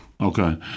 Okay